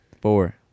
four